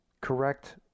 correct